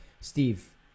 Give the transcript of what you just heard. Steve